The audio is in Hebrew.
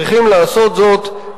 אני חושב,